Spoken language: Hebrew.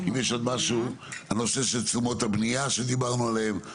הנושא של תשומות הבנייה שדיברנו עליהם.